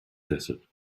desert